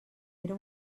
era